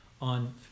on